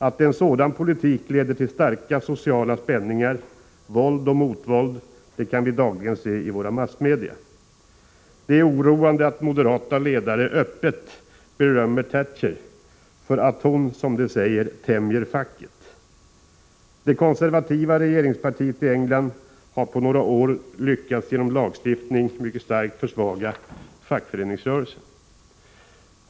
Att en sådan politik leder till starka sociala spänningar, våld och motvåld, det kan vi dagligen se i våra massmedia. Det är oroande att moderata ledare öppet berömmer Margaret Thatcher för att hon, som de säger, tämjer facket. Det konservativa regeringspartiet i England har på några år genom lagstiftning lyckats mycket starkt försvaga fackföreningsrörelsen.